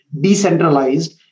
decentralized